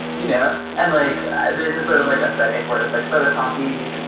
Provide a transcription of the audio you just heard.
you know and like there's this sort of like aesthetic whereas like photocopied, and